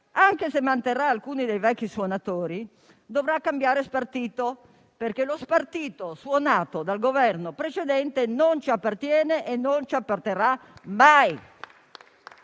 anche se manterrà alcuni dei vecchi suonatori dovrà cambiare spartito, perché lo spartito suonato dal Governo precedente non ci appartiene e non ci apparterrà mai.